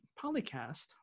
Polycast